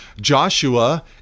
Joshua